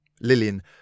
Lillian